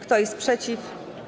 Kto jest przeciw?